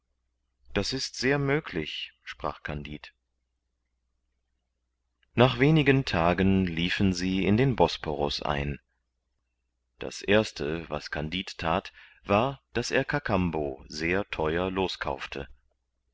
das ist sehr möglich sprach kandid nach wenigen tagen liefen sie in den bosporos ein das erste was kandid that war daß er kakambo sehr theuer loskaufte